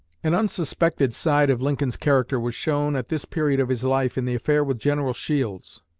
an unsuspected side of lincoln's character was shown, at this period of his life, in the affair with general shields.